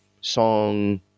song